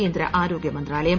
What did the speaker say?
കേന്ദ്ര ആരോഗൃ മന്ത്രാലയം